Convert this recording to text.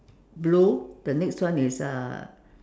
blue the next one is uh